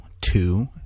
two